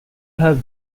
have